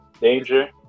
danger